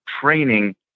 training